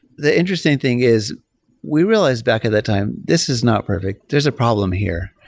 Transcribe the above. the interesting thing is we realized back at that time, this is not perfect. there's a problem here.